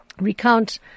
recount